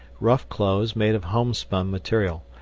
rough clothes made of homespun material,